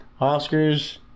Oscars